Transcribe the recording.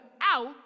out